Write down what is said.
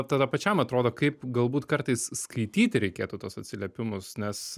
tada pačiam atrodo kaip galbūt kartais skaityti reikėtų tuos atsiliepimus nes